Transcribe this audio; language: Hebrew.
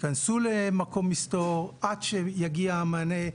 היכנסו למקום מסתור עד שיגיע המענה.